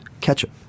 ketchup